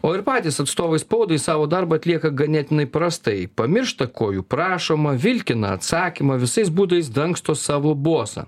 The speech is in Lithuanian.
o ir patys atstovai spaudai savo darbą atlieka ganėtinai prastai pamiršta ko jų prašoma vilkina atsakymą visais būdais dangsto savo bosą